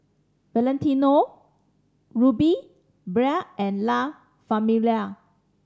Valentino Rudy Bia and La Famiglia